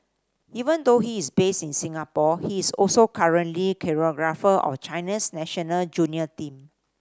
even though he is based in Singapore he is also currently choreographer of China's national junior team